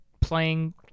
playing